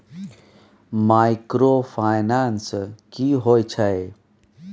Microfinance की होय छै?